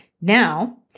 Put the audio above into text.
Now